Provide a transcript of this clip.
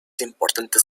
importantes